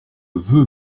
veux